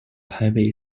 台北